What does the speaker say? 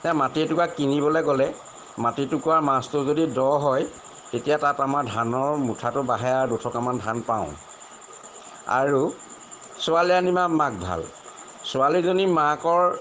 এতিয়া মাটি এটুকুৰা কিনিবলে গ'লে মাটি টুকুৰাৰ মাজটো যদি দ' হয় তেতিয়া তাত আমাৰ ধানৰ মুঠাটো বাঢ়ে আৰু দুটকামান ধান পাওঁ আৰু ছোৱালী আনিবা মাক ভাল ছোৱালীজনী মাকৰ